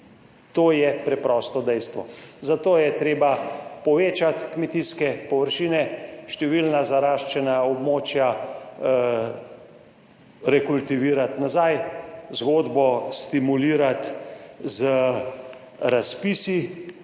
To je preprosto dejstvo. Zato je treba povečati kmetijske površine, številna zaraščena območja rekultivirati nazaj, zgodbo stimulirati z razpisi,